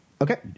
Okay